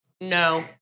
no